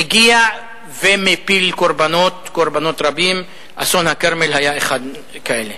מגיע ומפיל קורבנות רבים, אסון הכרמל היה כזה.